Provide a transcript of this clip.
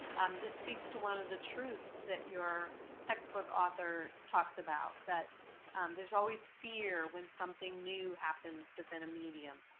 um this speaks to one of the truths that your textbook author talks about, that there's always fear when something new happens within a medium.